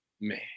Man